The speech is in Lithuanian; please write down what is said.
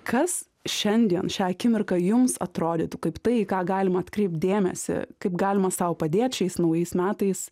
kas šiandien šią akimirką jums atrodytų kaip tai į ką galima atkreipt dėmesį kaip galima sau padėt šiais naujais metais